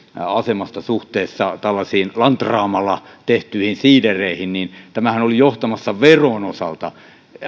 asemasta suhteessa tällaisiin lantraamalla tehtyihin siidereihin että tämä alkuperäinen esityshän oli johtamassa veron osalta